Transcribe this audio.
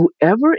whoever